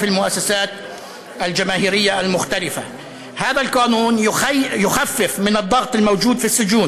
ועבירה זו אינה נמנית עם העבירות המסוכנות,